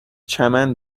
چمن